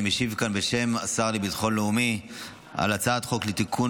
אני משיב כאן בשם השר לביטחון לאומי על הצעת חוק לתיקון